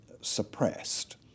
suppressed